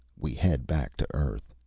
we head back to earth!